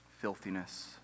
Filthiness